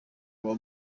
bwa